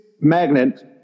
magnet